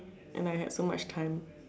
and I had so much time